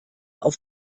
auf